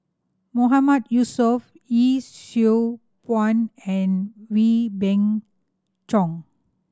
Mahmood Yusof Yee Siew Pun and Wee Beng Chong